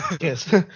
yes